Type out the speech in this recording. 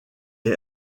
est